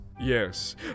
Yes